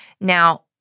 Now